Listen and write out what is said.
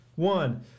One